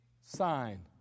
sign